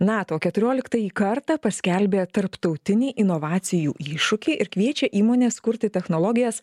nato keturioliktąjį kartą paskelbė tarptautinį inovacijų iššūkį ir kviečia įmones kurti technologijas